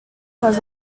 les